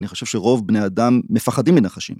אני חושב שרוב בני אדם מפחדים מנחשים.